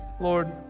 Lord